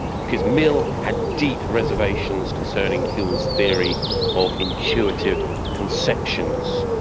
because mill had deep reservations concerning whewell's theory of intuitive conceptions,